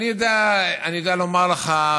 אני יודע לומר לך,